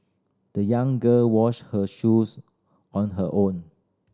the young girl washed her shoes on her own